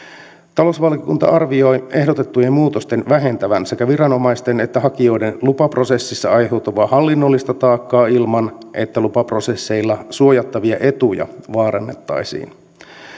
talousvaliokunta arvioi ehdotettujen muutosten vähentävän sekä viranomaisten että hakijoiden lupaprosessissa aiheutuvaa hallinnollista taakkaa ilman että lupaprosesseilla suojattavia etuja vaarannettaisiin